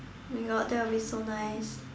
not that will be so nice